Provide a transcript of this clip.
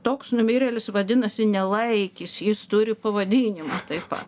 toks numirėlis vadinasi nelaikis jis turi pavadinimą taip pat